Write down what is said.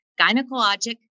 Gynecologic